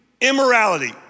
immorality